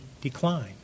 decline